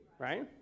right